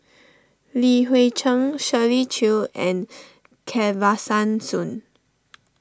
Li Hui Cheng Shirley Chew and Kesavan Soon